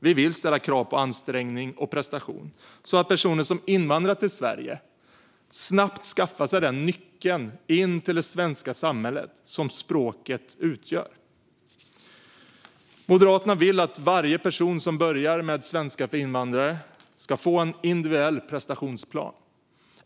Vi vill ställa krav på ansträngning och prestation, så att personer som invandrar till Sverige snabbt skaffar sig den nyckel till det svenska samhället som språket utgör. Moderaterna vill att varje person som börjar med svenska för invandrare ska få en individuell prestationsplan.